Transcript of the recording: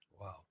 Wow